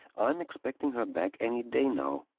i am expecting her back any day now.